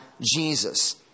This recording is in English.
Jesus